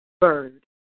bird